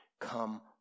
come